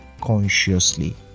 consciously